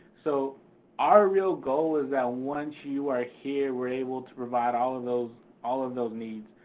so our real goal is that once you are here, we're able to provide all of those, all of those needs.